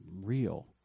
real